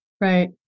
Right